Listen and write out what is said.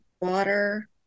water